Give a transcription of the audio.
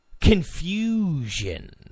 confusion